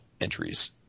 entries